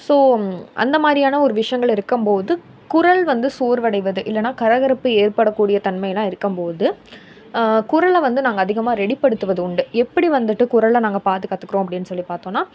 so அந்த மாதிரியான ஒரு விஷயங்கள் இருக்கும்போது குரல் வந்து சோர்வடைவது இல்லைன்னா கரகரப்பு ஏற்படக்கூடிய தன்மையெலாம் இருக்கும்போது குரலை வந்து நாங்கள் அதிகமாக ரெடிப்படுத்துவது உண்டு எப்படி வந்துட்டு குரலை நாங்கள் பாதுக்காத்துக்கிறோம் அப்படின் சொல்லி பார்த்தோன்னா